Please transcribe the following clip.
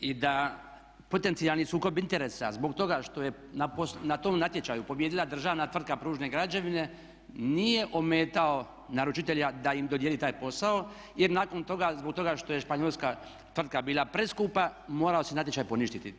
I da potencijalni sukob interesa zbog toga što je na tom natječaju pobijedila državna tvrtka Pružne građevine nije ometao naručitelja da im dodijeli taj posao jer nakon toga, zbog toga što je španjolska tvrtka bila preskupa morao se natječaj poništiti.